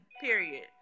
Period